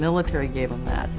military gave them that